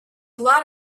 lot